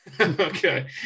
okay